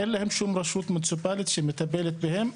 אין להם שום רשות מוניציפלית שתטפל בהם.